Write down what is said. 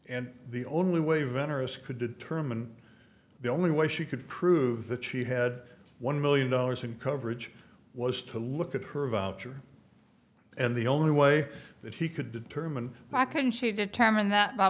and the only way veneris could determine the only way she could prove that she had one million dollars in coverage was to look at her voucher and the only way that he could determine my country determine that by